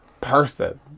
person